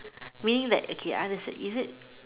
meaning that okay understand is it